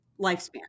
lifespan